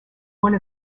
one